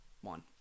one